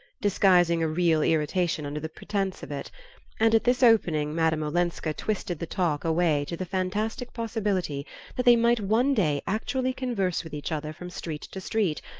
disguising a real irritation under the pretence of it and at this opening madame olenska twisted the talk away to the fantastic possibility that they might one day actually converse with each other from street to street,